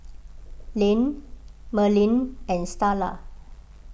Len Merlene and Starla